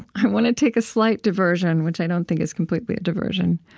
i want to take a slight diversion, which i don't think is completely a diversion,